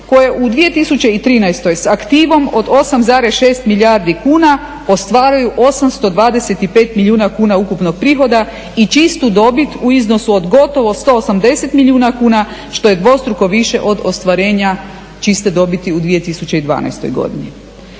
koje u 2013. s aktivom od 8,6 milijardi kuna ostvaruju 825 milijuna kuna ukupnog prihoda i čistu dobit u iznosu od gotovo 180 milijuna kuna, što je dvostruko više od ostvarenja čiste dobiti u 2012. godini.